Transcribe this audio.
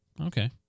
Okay